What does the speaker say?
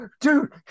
Dude